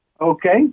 Okay